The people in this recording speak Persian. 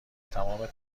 تمام